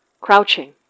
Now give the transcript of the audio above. crouching